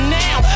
now